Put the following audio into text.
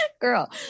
Girl